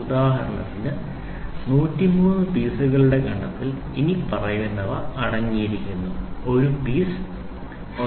ഉദാഹരണത്തിന് 103 പീസുകളുടെ ഗണത്തിൽ ഇനിപ്പറയുന്നവ അടങ്ങിയിരിക്കുന്നു ഒരു പീസ് 1